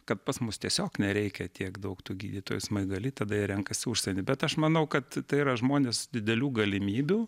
kad pas mus tiesiog nereikia tiek daug tų gydytojų smaigaly tada renkasi užsienį bet aš manau kad tai yra žmonės didelių galimybių